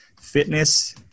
fitness